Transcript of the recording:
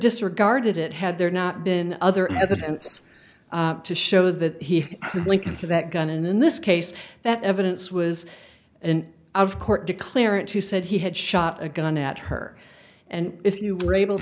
disregarded it had there not been other evidence to show that he linked him to that gun and in this case that evidence was an out of court declarant who said he had shot a gun at her and if you were able to